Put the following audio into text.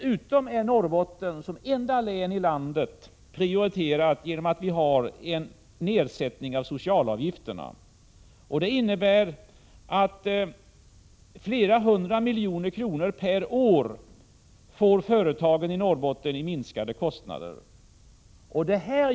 Vidare är Norrbotten som enda län i landet prioriterat genom att vi har en nedsättning av socialavgifterna där. Det innebär att företagen i Norrbotten får flera hundra miljoner kronor per år i minskade kostnader.